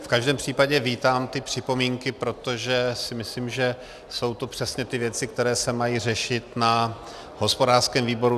V každém případě vítám ty připomínky, protože si myslím, že jsou to přesně ty věci, které se mají řešit na hospodářském výboru.